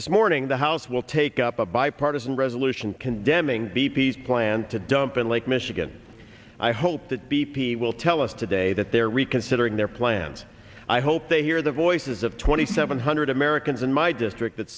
this morning the house will take up a bipartisan resolution condemning b p s plan to dump in lake michigan i hope that b p will tell us today that they're reconsidering their plans i hope they hear the voices of twenty seven hundred americans in my district that